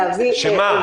להביא --- שמה?